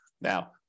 Now